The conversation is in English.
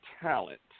talent